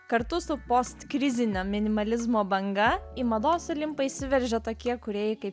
kartu su postkrizinio minimalizmo banga į mados olimpą įsiveržė tokie kūrėjai kaip